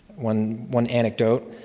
one one anecdote.